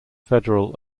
federal